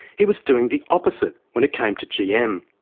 he was doing the opposite when it came to gm.